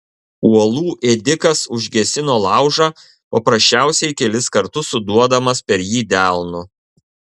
uolų ėdikas užgesino laužą paprasčiausiai kelis kartus suduodamas per jį delnu